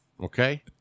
Okay